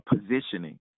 positioning